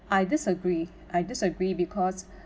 I disagree I disagree because